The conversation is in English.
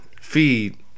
feed